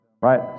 right